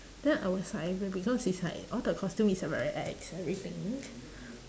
then I was like because it's like all the costume is uh very ex everything